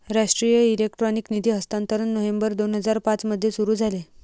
राष्ट्रीय इलेक्ट्रॉनिक निधी हस्तांतरण नोव्हेंबर दोन हजार पाँच मध्ये सुरू झाले